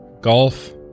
golf